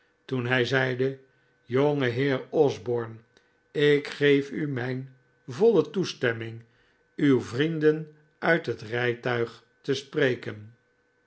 toen hij zeide jongeheer osborne ik geef u mijn voile toestemming uw vrienden uit het rijtuig te spreken